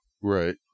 right